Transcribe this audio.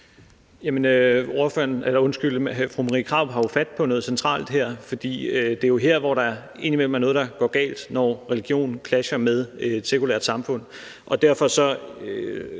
Fru Marie Krarup har jo fat på noget centralt her, for det er jo her, hvor der indimellem er noget, der går galt, når religion clasher med et sekulært samfund, og derfor kan